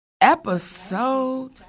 Episode